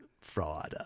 Friday